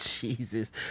Jesus